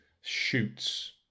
shoots